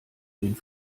den